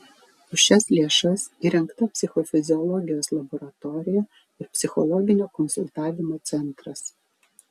už šias lėšas įrengta psichofiziologijos laboratorija ir psichologinio konsultavimo centras